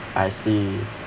I see